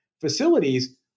facilities